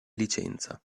licenza